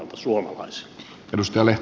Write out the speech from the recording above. arvoisa puhemies